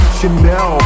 Chanel